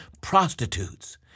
prostitutes